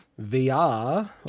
VR